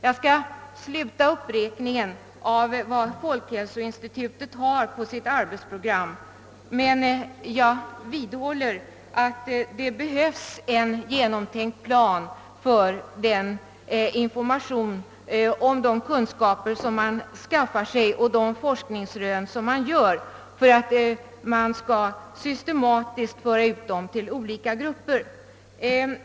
Jag skall avsluta uppräkningen av vad statens institut för folkhälsan har på sitt arbetsprogram, men jag vidhåller att det behövs en genomtänkt plan för hur informationen om de kunskaper man skaffar sig och de forskningsrön man gör systematiskt skall kunna föras ut till olika grupper.